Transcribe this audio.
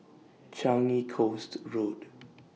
Changi Coast Road